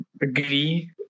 agree